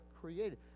created